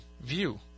view